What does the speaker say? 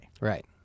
Right